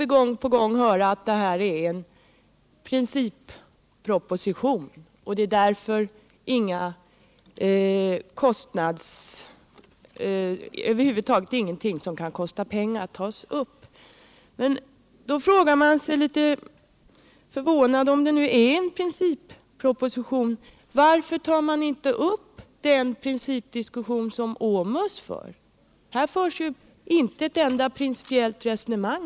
Vi får gång på gång höra att det här är en principproposition och att det är därför som över huvud taget ingenting som kan kosta pengar tas upp. Då frågar man sig litet förvånat: Om det nu är en principproposition, varför tar den inte upp den principdiskussion som OMUS för? I propositionen förs inte ett enda principiellt resonemang.